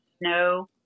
no